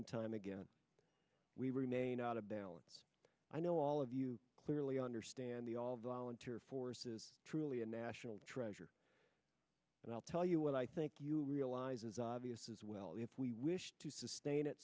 and time again we remain out of balance i know all of you clearly understand the all volunteer force is truly a national treasure and i'll tell you what i think you realize is obvious as well if we wish to sustain it